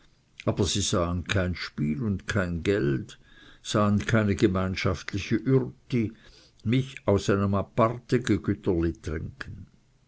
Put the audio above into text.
aber sie sahen kein spiel und geld sahen keine gemeinschaftliche üerte mich aus einem apartige gütterli trinken